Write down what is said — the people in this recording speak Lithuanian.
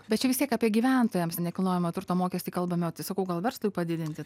bet čia vis tiek apie gyventojams nekilnojamojo turto mokestį kalbame o tai sakau gal verslui padidinti